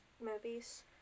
movies